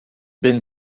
been